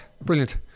brilliant